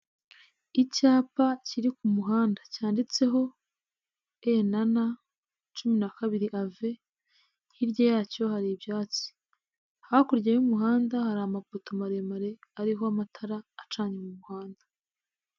Icyapa kiri ku muhanda cyanditseho EN cumi na kabiri AVE hirya yacyo hari ibyatsi ,hakurya y'umuhanda hari amapoto maremare ariho amatara acanye mu muhanda.